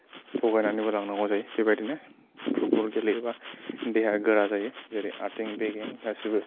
थगायनानैबो लांनांगौ जायो बेबायदिनो फुटबल गेलेयोबा देहाया गोरा जायो जेरै आथिंं बेगें गासैबो